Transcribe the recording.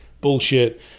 bullshit